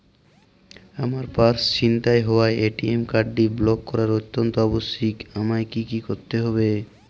আমার পার্স ছিনতাই হওয়ায় এ.টি.এম কার্ডটি ব্লক করা অত্যন্ত আবশ্যিক আমায় কী কী করতে হবে?